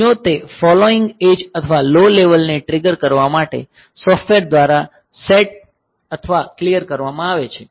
જો તે falling edge અથવા લો લેવલને ટ્રિગર કરવા માટે સૉફ્ટવેર દ્વારા સેટ અથવા ક્લીયર કરવામાં આવે છે